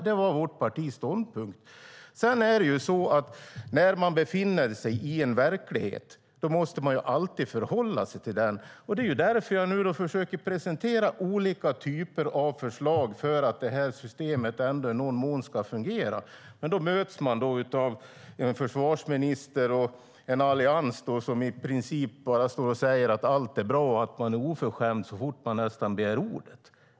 Det var vårt partis ståndpunkt. När man befinner sig i en verklighet måste man alltid förhålla sig till den. Det är därför som jag nu försöker presentera olika typer av förslag för att detta system i någon mån ändå ska fungera. Men då möts vi av en försvarsminister och en allians som i princip bara säger att allt är bra och att vi är oförskämda nästan så fort vi begär ordet.